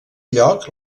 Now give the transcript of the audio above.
lloc